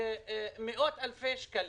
מאות אלפי שקלים.